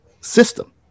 system